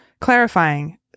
clarifying